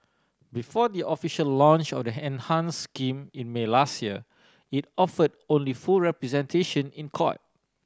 before the official launch of the enhance scheme in May last year it offered only full representation in court